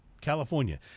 california